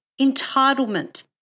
entitlement